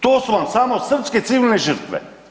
To su vam samo srpske civilne žrtve.